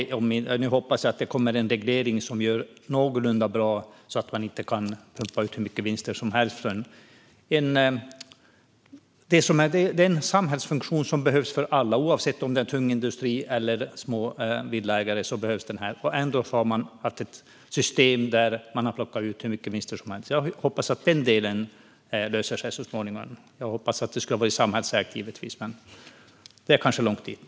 Nu hoppas jag att det kommer en reglering som blir någorlunda bra och gör att man inte kan pumpa ut hur mycket vinster som helst. Detta är en samhällsfunktion som behövs för alla, oavsett om det är tung industri eller små villaägare. Ändå har man ett system där man har plockat ut hur mycket vinster som helst. Jag hoppas att den delen löser sig så småningom. Jag hoppas givetvis att det ska vara samhällsägt, men det är kanske långt dit.